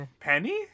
Penny